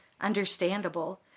understandable